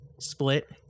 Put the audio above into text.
split